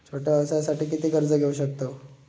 छोट्या व्यवसायासाठी किती कर्ज घेऊ शकतव?